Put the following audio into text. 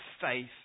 faith